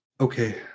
okay